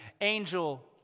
angel